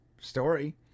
story